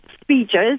speeches